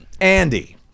Andy